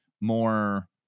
more